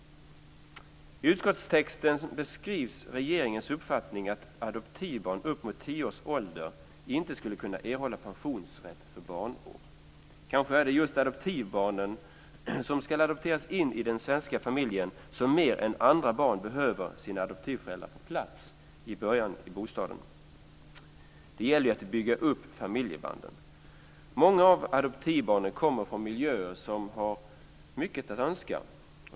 I utskottstexten beskrivs regeringens uppfattning att adoptivbarn upp till tio års ålder inte skulle kunna erhålla pensionsrätt för barnår. Kanske är det just adoptivbarnen, som ska adopteras in i den svenska familjen, som mer än andra barn behöver sina adoptivföräldrar på plats i början i bostaden. Det gäller att bygga upp familjebanden. Många av adoptivbarnen kommer från miljöer som har mycket att önska.